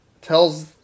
tells